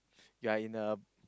yea in a